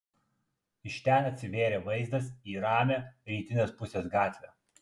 iš ten atsivėrė vaizdas į ramią rytinės pusės gatvę